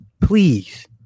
Please